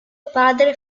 padre